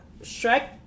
Shrek